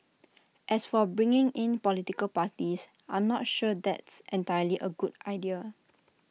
as for bringing in political parties I'm not sure that's entirely A good idea